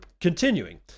Continuing